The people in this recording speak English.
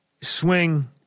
swing